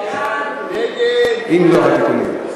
עם לוח התיקונים,